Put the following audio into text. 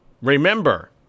Remember